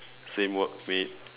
same work mate